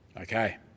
Okay